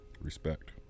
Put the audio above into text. Respect